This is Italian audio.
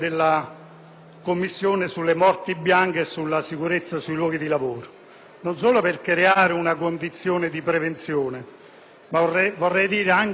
Commissione sulle morti bianche e sulla sicurezza sui luoghi di lavoro, non solo per creare una condizione di prevenzione ma anche per creare una